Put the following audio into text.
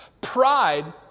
Pride